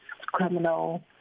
criminal